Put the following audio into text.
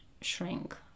shrink